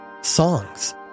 songs